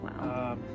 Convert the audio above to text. Wow